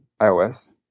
iOS